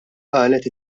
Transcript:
qalet